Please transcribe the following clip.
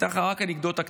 אני אתן לך רק אנקדוטה קטנה.